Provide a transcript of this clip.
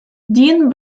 dean